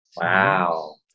Wow